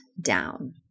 down